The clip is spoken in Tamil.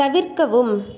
தவிர்க்கவும்